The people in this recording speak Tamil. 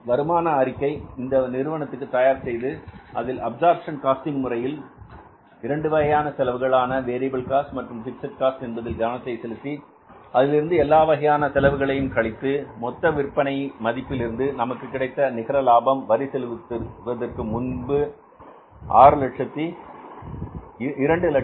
வருமான அறிக்கை இந்த நிறுவனத்துடன் தயார் செய்து அதில் அப்சர்ப்ஷன் காஸ்டிங் முறையில் இரண்டு வகையான செலவுகள் ஆன வேரியபில் காஸ்ட் மற்றும் பிக்ஸட் காஸ்ட் என்பதில் கவனத்தை செலுத்தி அதிலிருந்து எல்லா வகையான செலவுகளையும் கழித்து மொத்த விற்பனை மதிப்பிலிருந்து நமக்கு கிடைத்த நிகர லாபம் வரி செலுத்துவதற்கு முன் 264375